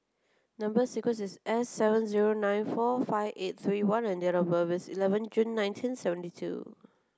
number sequence is S seven zero nine four five eight three one and date of birth is eleven June nineteen seventy two